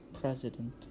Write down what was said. president